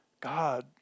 God